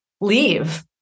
leave